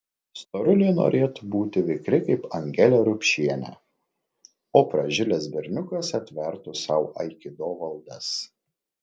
storulė norėtų būti vikri kaip angelė rupšienė o pražilęs berniukas atvertų sau aikido valdas